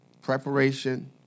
Preparation